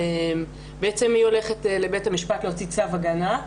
בעצם היא הולכת לבית המשפט להוציא צו הגנה.